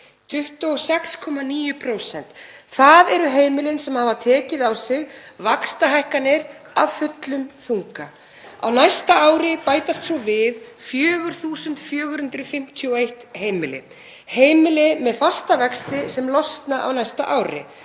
26,9%. Það eru heimilin sem hafa tekið á sig vaxtahækkanir af fullum þunga. Á næsta ári bætast svo við 4.451 heimili með fasta vexti sem losna á næsta ári.